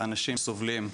אנשים שסובלים,